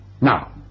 Now